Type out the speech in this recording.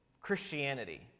Christianity